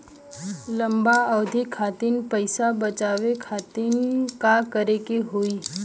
लंबा अवधि खातिर पैसा बचावे खातिर का करे के होयी?